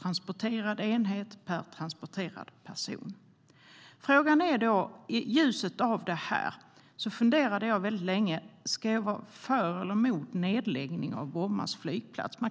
transporterad enhet per transporterad person. I ljuset av detta funderade jag väldigt länge på om jag skulle vara för eller emot nedläggning av Bromma flygplats.